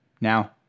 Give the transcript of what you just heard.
Now